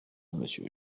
monsieur